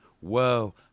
Whoa